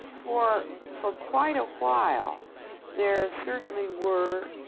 for for quite a while there certainly were,